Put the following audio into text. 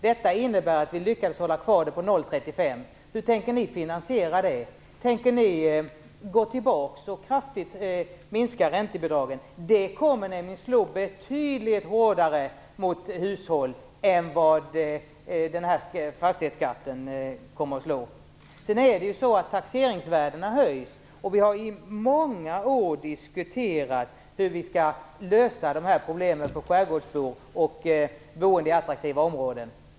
Detta innebär att vi lyckades bibehålla nivån på 0,35. Hur tänker ni finansiera det? Tänker ni återgå till förslaget att kraftigt minska räntebidragen? Det skulle nämligen slå betydligt hårdare mot hushåll än vad höjningen av fastighetsskatten kommer att göra. Sedan är det ju så att taxeringsvärdena höjs, och vi har under många år diskuterat hur vi skall lösa problemen för skärgårdsbor och boende i attraktiva områden.